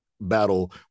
battle